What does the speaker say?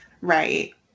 Right